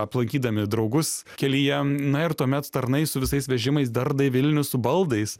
aplankydami draugus kelyje na ir tuomet tarnai su visais vežimais darda į vilnių su baldais